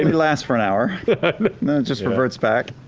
and lasts for an hour. then it just reverts back.